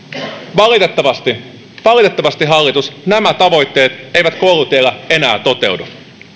valitettavasti valitettavasti hallitus nämä tavoitteet eivät koulutiellä enää toteudu